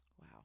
Wow